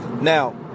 Now